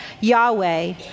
Yahweh